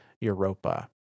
Europa